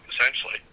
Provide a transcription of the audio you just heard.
essentially